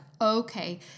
okay